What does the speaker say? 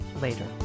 later